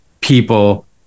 people